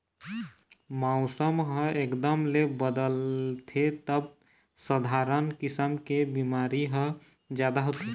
मउसम ह एकदम ले बदलथे तब सधारन किसम के बिमारी ह जादा होथे